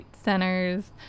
centers